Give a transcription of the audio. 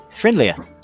friendlier